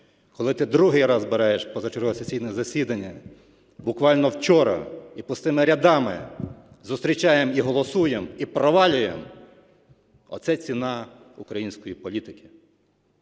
Коли ти в другий раз збираєш позачергове сесійне засідання, буквально вчора, і пустими рядами зустрічаємо і голосуємо, і провалюємо – оце ціна української політики.